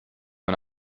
man